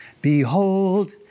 Behold